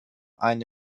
eine